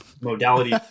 modality